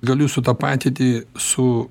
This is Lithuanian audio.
galiu sutapatiti su